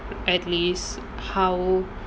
at least how